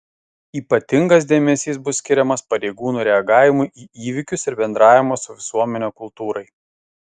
ypatingas dėmesys bus skiriamas pareigūnų reagavimui į įvykius ir bendravimo su visuomene kultūrai